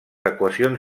equacions